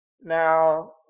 Now